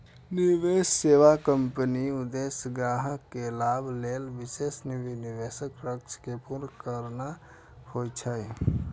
निवेश सेवा कंपनीक उद्देश्य ग्राहक के लाभ लेल विशेष निवेश लक्ष्य कें पूरा करना होइ छै